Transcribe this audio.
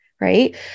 right